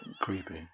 creepy